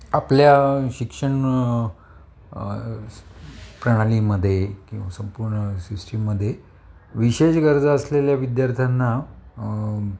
आपल्या शिक्षण प्रणालीमध्ये किंवा संपूर्ण सिस्टीममध्ये विशेष गरजा असलेल्या विद्यार्थ्यांना